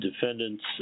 defendants